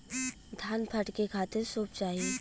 धान फटके खातिर सूप चाही